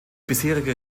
bisherige